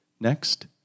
Next